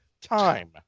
time